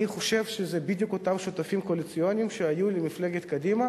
אני חושב שזה בדיוק אותם שותפים קואליציוניים שהיו למפלגת קדימה